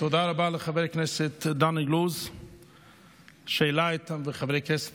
תודה רבה לחבר הכנסת דן אילוז ולחברי הכנסת